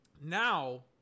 Now